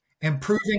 improving